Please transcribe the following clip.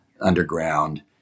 underground